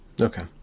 okay